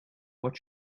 what